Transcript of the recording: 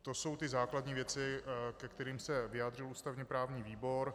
To jsou základní věci, ke kterým se vyjádřil ústavněprávní výbor.